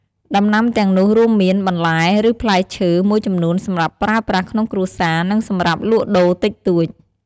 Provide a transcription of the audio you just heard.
ដំណាំទាំងនោះរួមមាន បន្លែ ឬផ្លែឈើ មួយចំនួនសម្រាប់ប្រើប្រាស់ក្នុងគ្រួសារ និងសម្រាប់លក់ដូរតិចតួច។